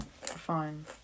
Fine